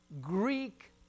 Greek